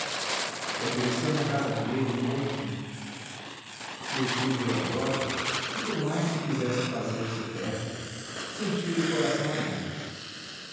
ofereceu me a casa dele no bonfim meu tio veio a bordo e por mais que quisesse fazer-se tétrico senti lhe o coração amigo